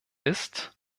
ist